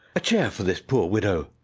a chair for this poor widow!